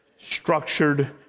Structured